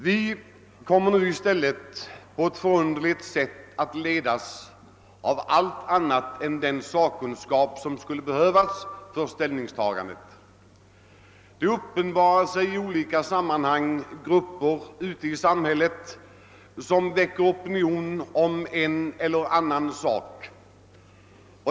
Vi leds nu på ett förunderligt sätt av allt annat än den sakkunskap vi skulle behöva före ställningstagandet. Det uppenbarar sig i olika sammanhang grupper ute i samhället som väcker opinion om en eller annan sak.